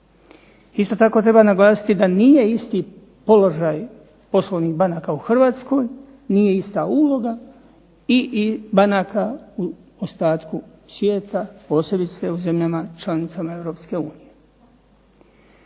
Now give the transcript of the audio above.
Isto tako treba naglasiti da nije isti položaj poslovnih banaka u Hrvatskoj, nije ista uloga, i banaka u ostatku svijeta posebice u zemljama članicama EU.